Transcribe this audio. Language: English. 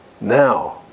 now